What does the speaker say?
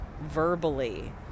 verbally